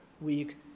week